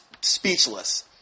speechless